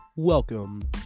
Welcome